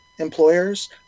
employers